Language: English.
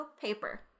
Paper